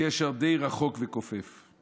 קשר די רחוק ורופף.